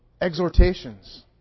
exhortations